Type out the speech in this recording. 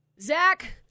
Zach